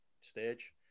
stage